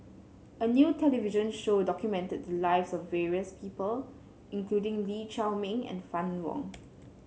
a new television show documented the lives of various people including Lee Chiaw Meng and Fann Wong